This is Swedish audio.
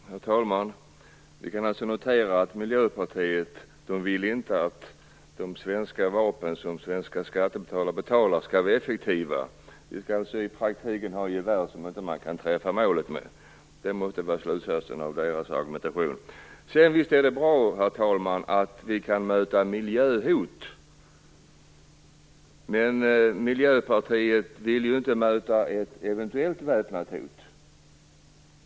Herr talman! Vi kan alltså notera att Miljöpartiet inte vill att de svenska vapen som de svenska skattebetalarna betalar skall vara effektiva. Vi skall i praktiken ha gevär som man inte kan träffa målet med. Det måste vara slutsatsen av deras argumentation. Visst är det bra att vi kan möta miljöhot, men Miljöpartiet vill inte möta ett eventuellt väpnat hot.